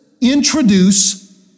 introduce